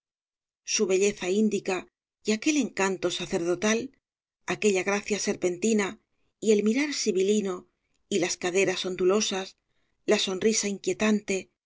su belleza índica y aquel encanto sacerdotal aquella gracia serpentina y el mirar sibilino y las caderas ondulosas la sonrisa inquietante